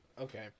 Okay